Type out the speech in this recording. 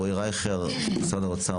רועי רייכר ממשרד האוצר,